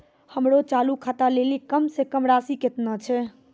हमरो चालू खाता लेली कम से कम राशि केतना छै?